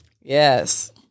Yes